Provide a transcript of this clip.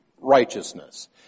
righteousness